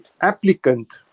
applicant